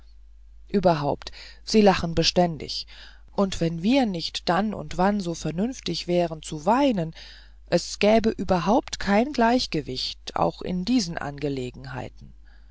überhaupt sie lachen beständig wenn wir nicht dann und wann so vernünftig wären zu weinen es gäbe durchaus kein gleichgewicht auch in diesen angelegenheiten